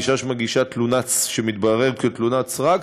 ואישה שמגישה תלונה שמתבררת כתלונת סרק,